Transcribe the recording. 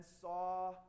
saw